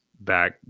back